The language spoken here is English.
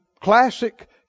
classic